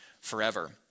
forever